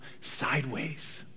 sideways